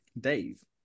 Dave